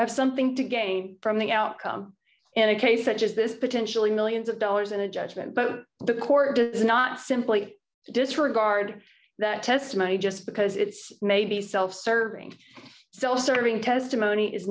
have something to gain from the outcome in a case such as this potentially millions of dollars in a judgment vote the court does not simply disregard that testimony just because it's maybe self serving so serving testimony is